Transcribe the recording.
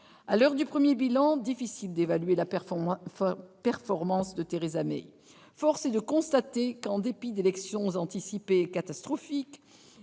À l'heure du premier bilan, il est difficile d'évaluer la performance de Theresa May. Force est de constater que, en dépit d'élections anticipées catastrophiques,